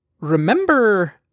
remember